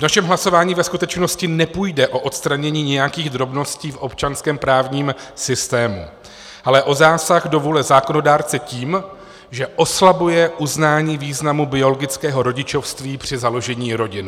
V našem hlasování ve skutečnosti nepůjde o odstranění nějakých drobností v občanském právním systému, ale o zásah do vůle zákonodárce tím, že oslabuje uznání významu biologického rodičovství při založení rodiny.